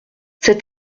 cet